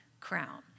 crown